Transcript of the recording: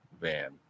van